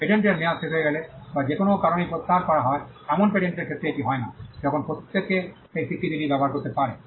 পেটেন্টের মেয়াদ শেষ হয়ে গেলে বা যে কোনও কারণেই প্রত্যাহার করা হয় এমন পেটেন্টের ক্ষেত্রে এটি হয় না যখন প্রত্যেকে সেই স্বীকৃতিটি ব্যবহার করতে পারে